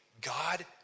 God